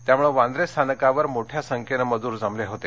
त्यामुळं वांद्रे स्थानकावर मोठ्या संख्येनं मजूर जमले होते